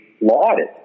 lauded